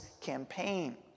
campaign